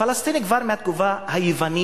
פלסטין היא כבר מהתקופה היוונית.